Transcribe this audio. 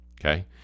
okay